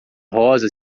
rosa